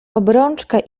obrączka